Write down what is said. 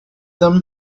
them